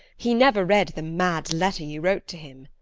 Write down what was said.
he never read the mad letter you wrote to him!